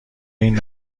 این